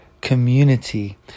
community